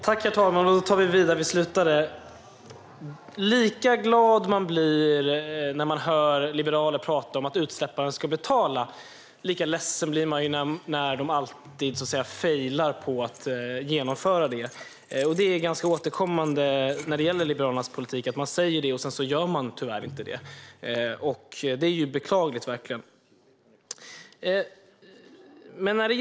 Herr talman! Lika glad som man blir när man hör liberaler tala om att utsläpparen ska betala, lika ledsen blir man när de alltid failar när det gäller att genomföra det. Det är återkommande i Liberalernas politik att de säger detta, men tyvärr genomför de det inte. Det är verkligen beklagligt.